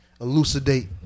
Elucidate